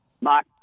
Mark